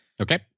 Okay